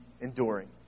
enduring